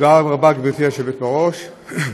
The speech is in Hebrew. תודה רבה, גברתי היושבת-ראש,